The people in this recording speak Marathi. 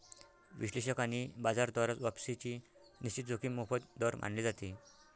विश्लेषक आणि बाजार द्वारा वापसीची निश्चित जोखीम मोफत दर मानले जाते